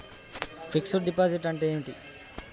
Fix డ్ deposit అంటే ఏమిటి?